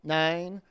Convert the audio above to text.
nine